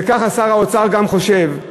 ככה שר האוצר גם חושב,